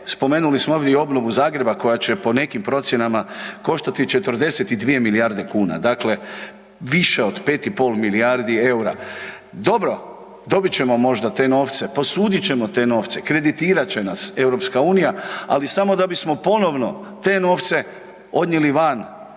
spomenuli smo ovdje i obnovu Zagreba koja će po nekim procjenama koštati 42 milijarde kuna. Dakle više od 5 i pol milijardi eura. Dobro, dobit ćemo možda te novce, posudit ćemo te novce, kreditirat će nas Europska unija. Ali samo da bismo ponovno te novce odnijeli van